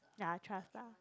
ya trust lah